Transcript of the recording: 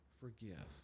forgive